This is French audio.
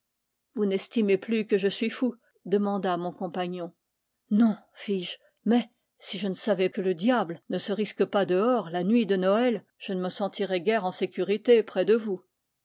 a vous n'estimez plus que je suis fou demanda mon com pagnon non fis-je mais si je ne savais que le diable ne se risque pas dehors la nuit de noël je ne me sentirais guère en sécurité près de vous